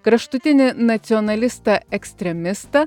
kraštutinį nacionalistą ekstremistą